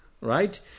right